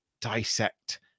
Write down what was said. dissect